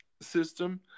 system